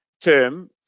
term